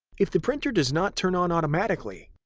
if the printer does not turn on automatically,